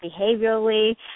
behaviorally